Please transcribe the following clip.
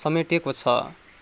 समेटेको छ